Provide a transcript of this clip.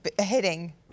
hitting